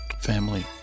family